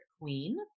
Queen